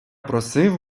просив